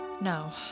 No